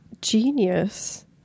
genius